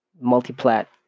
multi-plat